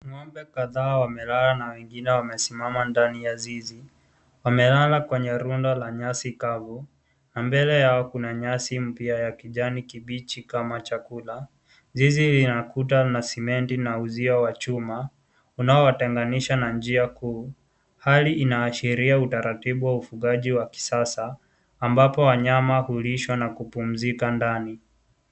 Ng'ombe kadhaa wamelala na wengineo wamesimama ndani ya zizi. Wamelala kwenye rundo la nyasi kavu na mbele yao kuna nyasi mpya ya kijani kibichi kama chakula. Zizi lina kuta na simenti na uzia wa chuma unaowatenganisha na njia kuu. Hali inaashiria utaratibu wa ufugaji wa kisasa. Ambapo wanyama hulishwa na kupumzika ndani.